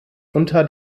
unter